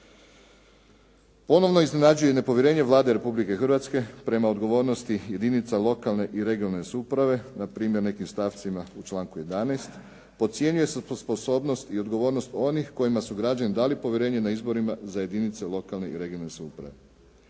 Ponovno iznenađuje nepovjerenje Vlade Republike Hrvatske prema odgovornosti jedinica lokalne i regionalne samouprave npr. nekim stavcima u članku 11., podcjenjuje se sposobnost i odgovornost onih kojima su građani dali povjerenje na izborima za jedinice lokalne i regionalne samouprave.